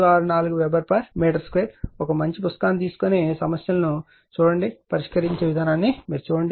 564 weber metre ఒక మంచి పుస్తకాన్ని తీసుకొని సమస్యలను పరిష్కరిస్తున్న విధానాన్ని చూడండి